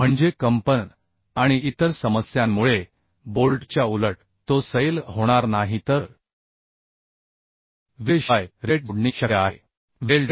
म्हणजे कंपन आणि इतर समस्यांमुळे बोल्टच्या उलट तो सैल होणार नाही तर निसर्गात कायमस्वरूपी असू शकते मग वेल्डेड जोडणीच्या उलट दुर्गम भागात विजेशिवाय रिवेट जोडणी शक्य आहे